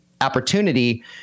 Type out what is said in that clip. opportunity